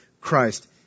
Christ